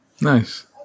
Nice